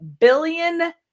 billion